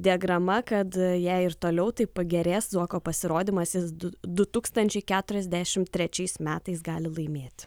diagrama kad jei ir toliau taip pagerės zuoko pasirodymas jis du du tūkstančiai keturiasdešim trečiais metais gali laimėt